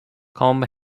combe